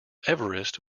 everest